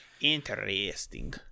Interesting